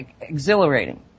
exhilarating